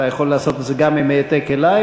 אתה יכול לעשות את זה גם עם העתק אלי,